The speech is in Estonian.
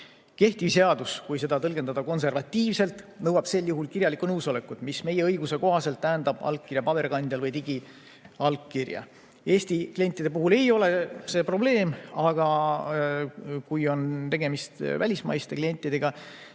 Kehtiv seadus, kui seda tõlgendada konservatiivselt, nõuab sel juhul kirjalikku nõusolekut, mis meie õiguse kohaselt tähendab allkirja paberkandjal või digiallkirja. Eesti klientide puhul ei ole see probleem, aga kui on tegemist välismaiste klientidega,